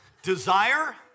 Desire